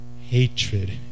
Hatred